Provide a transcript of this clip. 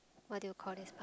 what do you call this part